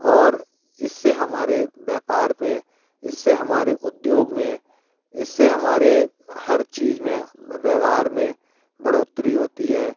और इससे हमारे व्यापार में इससे हमारे उद्योग में इससे हमारे हर चीज में व्यवहार में बढ़ोतरी होती है